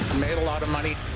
made a lot of money.